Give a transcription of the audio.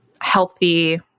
healthy